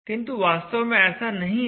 किंतु वास्तव में ऐसा नहीं है